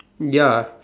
ya